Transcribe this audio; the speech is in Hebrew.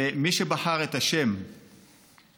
ומי שבחר את השם "כישלון",